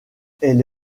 elle